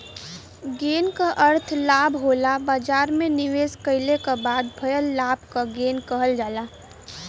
gain क अर्थ लाभ होला बाजार में निवेश कइले क बाद भइल लाभ क गेन कहल जाला